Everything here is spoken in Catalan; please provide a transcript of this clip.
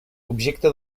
objecte